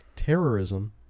Terrorism